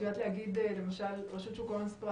את יודעת להגיד למשל רשות שוק ההון סיפרה